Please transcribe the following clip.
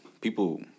people